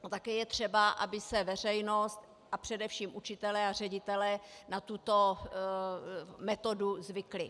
A také je třeba, aby si veřejnost a především učitelé a ředitelé na tuto metodu zvykli.